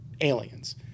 aliens